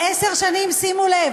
לעשר שנים, שימו לב.